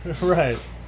Right